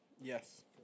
Yes